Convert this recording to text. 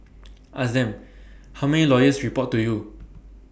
ask them how many lawyers report to you